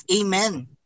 Amen